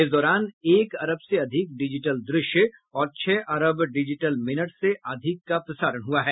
इस दौरान एक अरब से अधिक डिजिटल दृश्य और छह अरब डिजिटल मिनट से अधिक का प्रसारण हुआ है